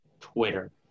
Twitter